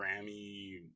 Grammy